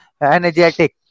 energetic